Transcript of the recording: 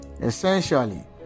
Essentially